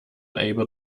able